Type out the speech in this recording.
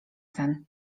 sen